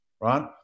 right